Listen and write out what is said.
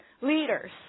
leaders